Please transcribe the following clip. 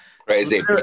Crazy